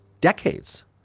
decades